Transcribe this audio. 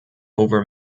over